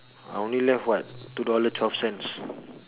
I only left what two dollar twelve cents